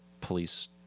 Police